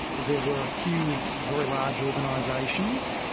there were a few very large organisations,